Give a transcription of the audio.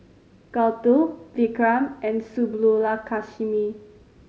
Gouthu Vikram and Subbulakshmi